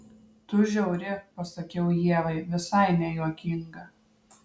tu žiauri pasakiau ievai visai nejuokinga